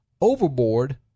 Overboard